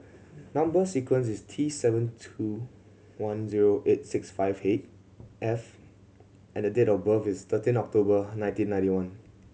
number sequence is T seven two one zero eight six five eight F and the date of birth is thirteen of October nineteen ninety one